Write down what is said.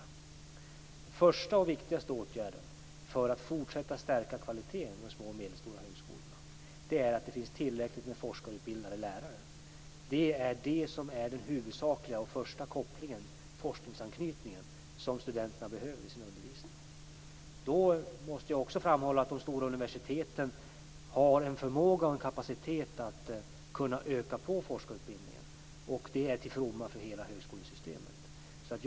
Den första och viktigaste åtgärden för att fortsätta att stärka kvaliteten vid de små och medelstora högskolorna är att det finns tillräckligt med forskarutbildade lärare. Det är den huvudsakliga och första kopplingen, forskningsanknytningen, som studenterna behöver i undervisningen. Då måste jag också framhålla att de stora universiteten har en förmåga och en kapacitet att kunna öka på forskarutbildningen. Det är till fromma för hela högskolesystemet.